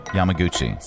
Yamaguchi